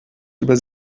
über